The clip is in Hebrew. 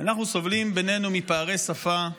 אנחנו סובלים בינינו מפערי שפה מהותיים.